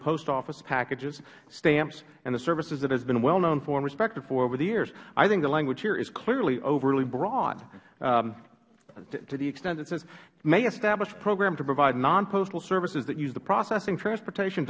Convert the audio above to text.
post office packages stamps and the services that it has been well known for and respected for over the years i think the language here is clearly overly broad to the extent it says may establish a program to provide non postal services that use the processing transportation